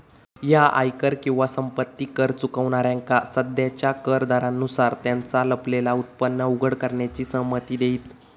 ह्या आयकर किंवा संपत्ती कर चुकवणाऱ्यांका सध्याच्या कर दरांनुसार त्यांचा लपलेला उत्पन्न उघड करण्याची संमती देईत